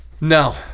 No